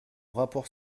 rapport